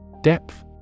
Depth